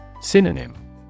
Synonym